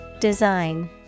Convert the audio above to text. Design